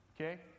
Okay